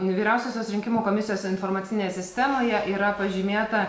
vyriausiosios rinkimų komisijos informacinėje sistemoje yra pažymėta